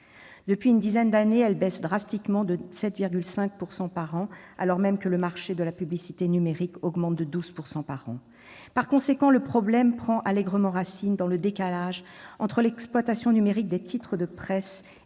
Depuis une dizaine d'années, elles baissent drastiquement de 7,5 % par an, alors même que le marché de la publicité numérique augmente de 12 % par an. Par conséquent, le problème prend allègrement racine dans le décalage entre l'exploitation numérique des titres de presse